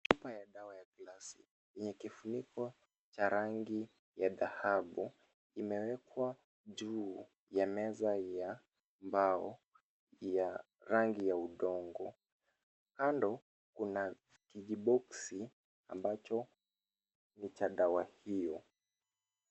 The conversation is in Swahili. Chupa ya dawa ya plastiki yenye kifuniko cha rangi ya dhahabu, imewekwa juu ya meza ya mbao ya rangi ya udongo. Kando kuna kijiboksi ambacho ni cha dawa hiyo.